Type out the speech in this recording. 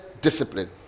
discipline